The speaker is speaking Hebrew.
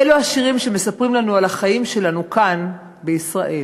אלה השירים שמספרים לנו על החיים שלנו כאן בישראל,